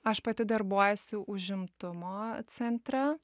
aš pati darbuojuosi užimtumo centre